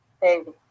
baby